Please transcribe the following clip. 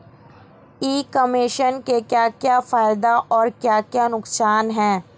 ई commerce के क्या क्या फायदे और क्या क्या नुकसान है?